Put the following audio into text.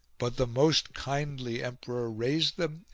but the most kindly emperor raised them,